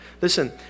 Listen